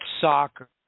soccer